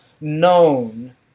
known